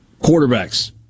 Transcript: Quarterbacks